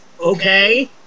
okay